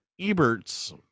Ebert's